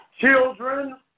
children